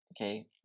Okay